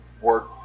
work